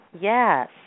Yes